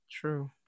True